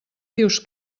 dius